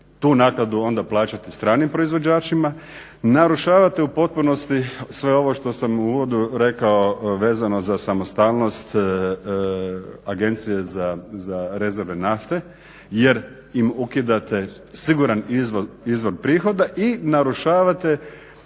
tu naknadu onda plaćati stranim proizvođačima. Narušavate u potpunosti sve ovo što sam u uvodu rekao vezano za samostalnost agencije za rezerve nafte jer im ukidate siguran izvor prihoda i narušavate